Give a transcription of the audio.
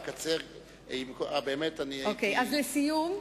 אז לסיום,